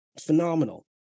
Phenomenal